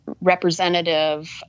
representative